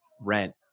rent